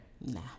Nah